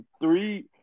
three